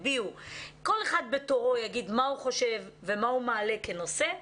כל אחד בתורו יגיד מה הוא חושב ומה הוא מעלה כנושא.